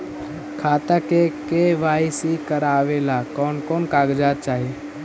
खाता के के.वाई.सी करावेला कौन कौन कागजात चाही?